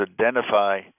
identify